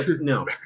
no